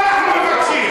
מה אנחנו מבקשים?